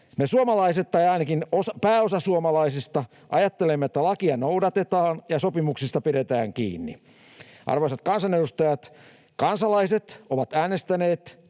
Me suomalaiset, tai ainakin pääosa suomalaisista, ajattelemme, että lakia noudatetaan ja sopimuksista pidetään kiinni. Arvoisat kansanedustajat, kansalaiset ovat äänestäneet